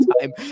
time